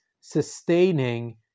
sustaining